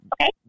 Okay